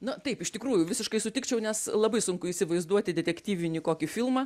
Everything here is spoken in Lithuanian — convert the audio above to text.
nu taip iš tikrųjų visiškai sutikčiau nes labai sunku įsivaizduoti detektyvinį kokį filmą